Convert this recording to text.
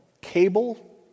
cable